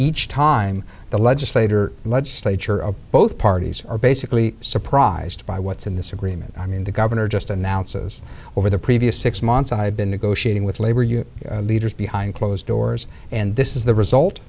each time the legislator legislature of both parties are basically surprised by what's in this agreement i mean the governor just announces over the previous six months i've been negotiating with labor you leaders behind closed doors and this is the result